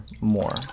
more